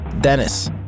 Dennis